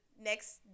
next